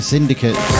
Syndicate